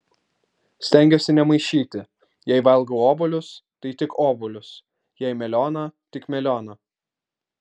stengiuosi nemaišyti jei valgau obuolius tai tik obuolius jei melioną tik melioną